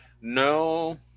no